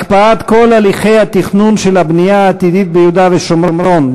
הקפאת כל הליכי התכנון של הבנייה העתידית ביהודה ושומרון,